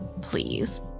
please